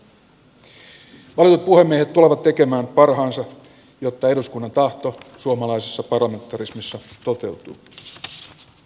valitut puhemiehet tulevat tekemään parhaansa jotta eduskunnan tahto suomalaisessa parlamentarismissa toteutuu